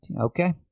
okay